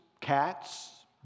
cats